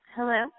Hello